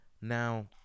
Now